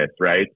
right